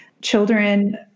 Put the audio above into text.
Children